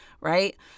right